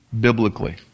biblically